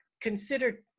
consider